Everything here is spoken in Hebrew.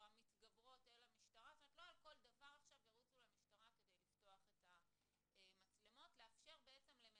המשטרה רשאית לדווח כדי